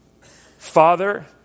Father